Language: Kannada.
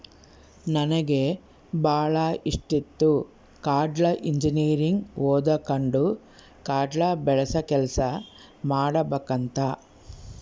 ನನಗೆ ಬಾಳ ಇಷ್ಟಿತ್ತು ಕಾಡ್ನ ಇಂಜಿನಿಯರಿಂಗ್ ಓದಕಂಡು ಕಾಡ್ನ ಬೆಳಸ ಕೆಲ್ಸ ಮಾಡಬಕಂತ